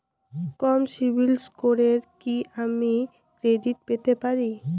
কম CIBIL স্কোরে কি আমি ক্রেডিট পেতে পারি?